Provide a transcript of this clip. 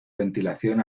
ventilación